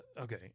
okay